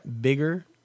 bigger